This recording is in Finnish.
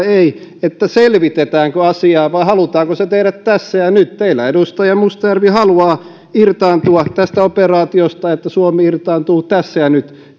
ei että selvitetäänkö asiaa vai halutaanko se tehdä tässä ja nyt teillä edustaja mustajärvi haluaa irtaantua tästä operaatiosta niin että suomi irtaantuu tässä ja nyt